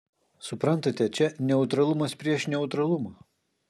suprantate čia neutralumas prieš neutralumą